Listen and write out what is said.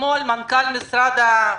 אתמול מנכ"ל משרד הבריאות,